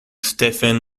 stephen